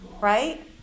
right